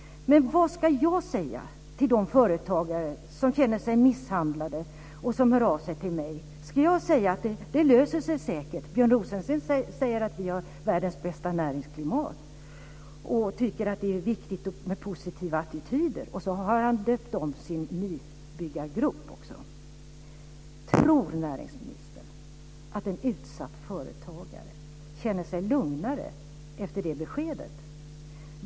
Men vad ska jag säga till de företagare som känner sig misshandlade och som hör av sig till mig? Ska jag säga att det löser sig säkert, att Björn Rosengren säger att vi har världens bästa näringsklimat och tycker att det är viktigt med positiva attityder och att han har döpt om nybyggargruppen? Tror näringsministern att en utsatt företagare känner sig lugnare efter det beskedet?